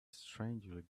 strangely